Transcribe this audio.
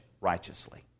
righteously